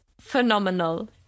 phenomenal